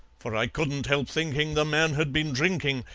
for i couldn't help thinking the man had been drinking,